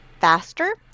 faster